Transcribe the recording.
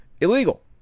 illegal